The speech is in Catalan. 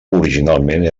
originalment